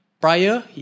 Prior